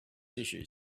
issues